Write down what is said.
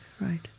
right